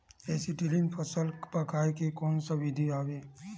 Acetylene फल पकाय के कोन सा विधि आवे?